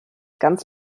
ganz